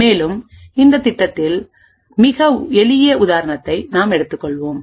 மேலும் இந்த திட்டத்தின் மிக எளிய உதாரணத்தை நாம் எடுத்துக்கொள்வோம்